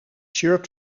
shirt